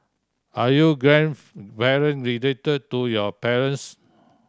are your grandparent related to your parents